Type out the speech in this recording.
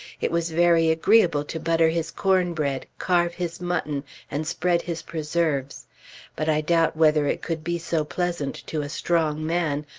it was very agreeable to butter his cornbread, carve his mutton, and spread his preserves but i doubt whether it could be so pleasant to a strong man,